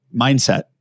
mindset